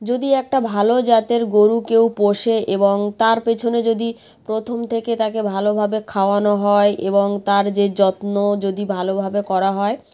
যদি একটা ভালো জাতের গরু কেউ পোষে এবং তার পেছনে যদি প্রথম থেকে তাকে ভালোভাবে খাওয়ানো হয় এবং তার যে যত্ন যদি ভালোভাবে করা হয়